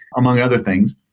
among other things.